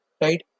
right